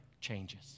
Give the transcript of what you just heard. changes